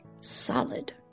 Solid